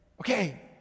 okay